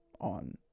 on